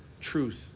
truth